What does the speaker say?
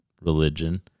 religion